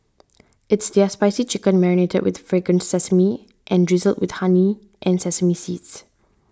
it's their spicy chicken marinated with fragrant sesame and drizzled with honey and sesame seeds